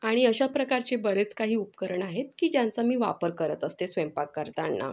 आणि अशा प्रकारचे बरेच काही उपकरण आहेत की ज्यांचा मी वापर करत असते स्वयंपाक करताना